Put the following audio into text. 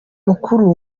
mukuru